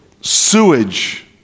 sewage